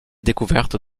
découverte